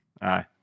Aye